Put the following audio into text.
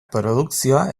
produkzioa